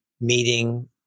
meeting